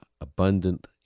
abundant